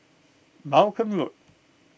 Malcolm Road